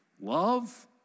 love